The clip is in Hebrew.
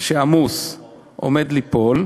עמוס עומד ליפול,